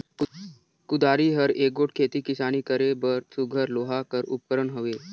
कुदारी हर एगोट खेती किसानी करे बर सुग्घर लोहा कर उपकरन हवे